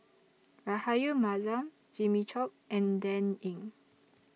Rahayu Mahzam Jimmy Chok and Dan Ying